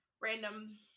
random